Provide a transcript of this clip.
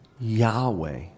Yahweh